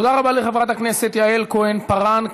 תודה רבה לחברת הכנסת יעל כהן-פארן.